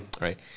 right